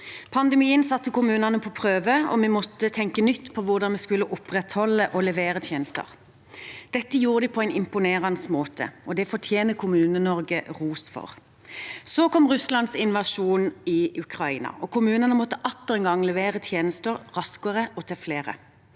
Pandemien satte kommunene på prøve, og vi måtte tenke nytt om hvordan vi skulle opprettholde og levere tjenester. Dette gjorde kommunene på en imponerende måte, og det fortjener Kommune-Norge ros for. Så kom Russlands invasjon i Ukraina, og kommunene måtte atter en gang levere tjenester raskere og til flere.